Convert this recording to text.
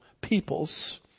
peoples